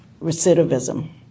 recidivism